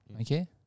okay